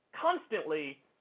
constantly